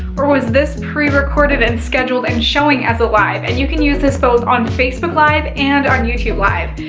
or was this pre recorded and scheduled and showing as a live. and you can use this both on facebook live and on youtube live.